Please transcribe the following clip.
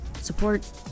support